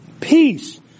Peace